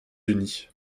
unies